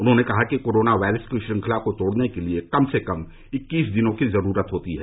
उन्होंने कहा कि कोरोना वायरस की श्रृंखला को तोड़ने के लिए कम से कम इक्कीस दिनों की जरूरत होती है